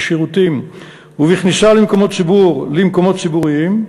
בשירותים ובכניסה למקומות ציבוריים,